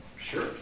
Sure